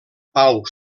pau